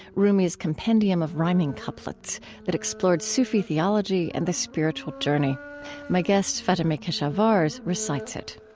rumi's compendium of rhyming couplets that explored sufi theology and the spiritual journey my guest, fatemeh keshavarz recites it